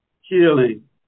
healing